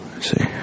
See